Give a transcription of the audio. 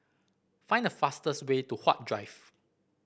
find the fastest way to Huat Drive